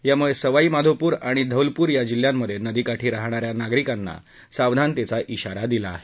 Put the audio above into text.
यामुळे सवाई माधोपूर आणि धौलपूर या जिल्ह्यांमधे नदी काठी राहणा या नागरिकांना सावधानतेचा श्रारा दिला आहे